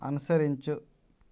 అనుసరించు